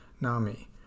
NAMI